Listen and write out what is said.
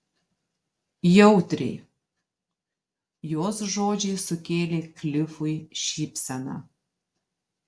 jautriai jos žodžiai sukėlė klifui šypseną